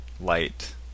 light